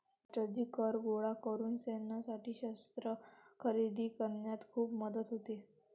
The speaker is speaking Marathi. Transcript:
मास्टरजी कर गोळा करून सैन्यासाठी शस्त्रे खरेदी करण्यात खूप मदत होते